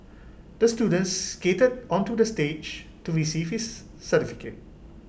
the student skated onto the stage to receive his certificate